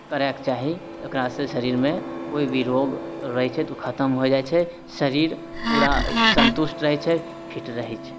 करयके चाही ओकरासँ शरीरमे कोइ भी रोग रहै छै तऽ ओ खतम होइ जाइ छै शरीर पूरा सन्तुष्ट रहै छै फिट रहै छै